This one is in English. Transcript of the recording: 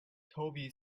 toby